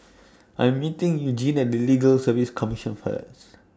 I Am meeting Eugene At Legal Service Commission First